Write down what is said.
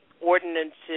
ordinances